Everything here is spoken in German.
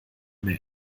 mehr